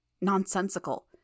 Nonsensical